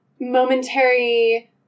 momentary